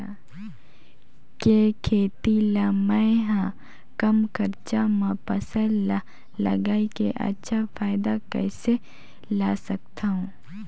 के खेती ला मै ह कम खरचा मा फसल ला लगई के अच्छा फायदा कइसे ला सकथव?